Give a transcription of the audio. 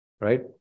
right